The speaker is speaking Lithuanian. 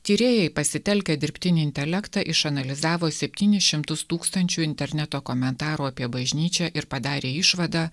tyrėjai pasitelkę dirbtinį intelektą išanalizavo septynis šimtus tūkstančių interneto komentarų apie bažnyčią ir padarė išvadą